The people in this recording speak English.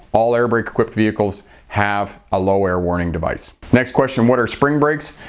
all air brake equipped vehicles have a low-air warning device. next question what are spring brakes?